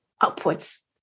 upwards